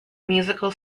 musical